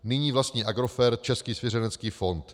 Nyní vlastní Agrofert Český svěřenecký fond.